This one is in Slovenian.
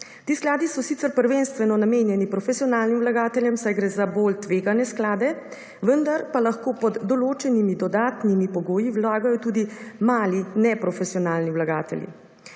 Ti skladi so sicer prvenstveno namenjeni profesionalnim vlagateljem, saj gre za bolj tvegane sklade, vendar pa lahko pod določenimi dodatnimi pogoji vlagajo tudi mali neprofesionalni vlagatelji.